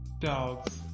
Dogs